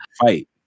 Fight